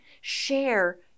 Share